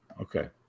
Okay